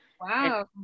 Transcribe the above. wow